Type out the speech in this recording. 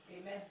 Amen